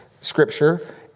Scripture